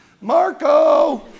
Marco